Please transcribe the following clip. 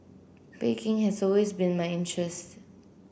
baking has always been my interest